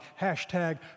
hashtag